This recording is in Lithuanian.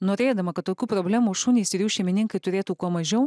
norėdama kad tokių problemų šunys ir jų šeimininkai turėtų kuo mažiau